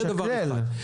זה דבר אחד.